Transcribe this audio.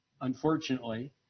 unfortunately